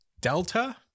Delta